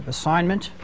assignment